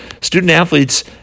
Student-athletes